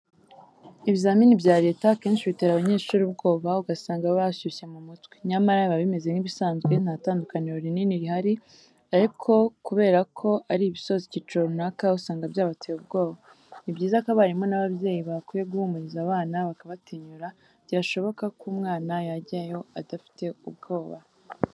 Ibizamini bya leta akenshi bitera abanyeshuri ubwoba ugasanga bashyushye mu mutwe, nyamara biba bimeze nk'ibisanzwe nta tandukaniro rinini rihari ariko ubera ko ari ibisoza icyiciro runaka usanga byabateye ubwoba. Ni byiza ko abarimu n'ababyeyi bakwiye guhumuriza abana bakabatinyura byashoboka ko umwana yajyayo adafite ubwoba.